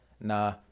nah